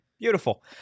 Beautiful